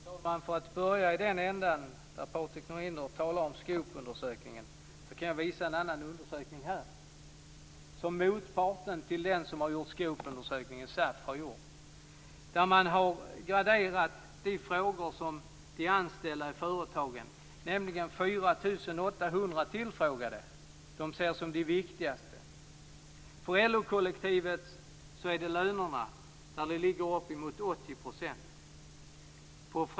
Fru talman! För att börja i den ändan där Patrik Norinder talar om Skopundersökningen kan jag visa en annan undersökning som motparten till SAF, som har gjort Skopundersökningen, har gjort. Man har graderat de frågor som de anställda i företagen, nämligen 4 800 tillfrågade, ser som de viktigaste. För LO-kollektivet är det lönerna som är viktigast. Där ligger siffran uppemot 80 %.